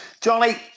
Johnny